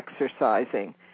exercising